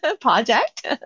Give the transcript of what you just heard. project